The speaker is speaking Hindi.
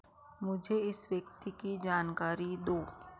मुझे इस व्यक्ति की जानकारी दो